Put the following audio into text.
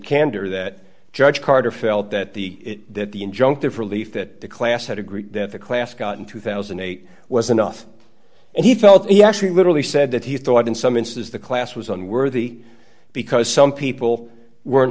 candor that judge carter felt that the that the injunctive relief that the class had agreed that the class got in two thousand and eight was enough and he felt he actually literally said that he thought in some instance the class was unworthy because some people weren't